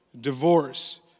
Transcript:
divorce